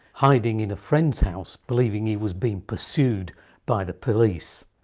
hiding in a friend's house believing he was being pursued by the police.